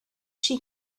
she